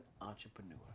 entrepreneur